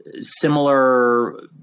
similar